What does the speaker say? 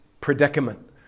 predicament